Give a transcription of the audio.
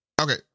Okay